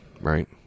right